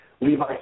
Levi